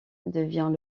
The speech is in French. devient